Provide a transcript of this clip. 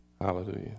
hallelujah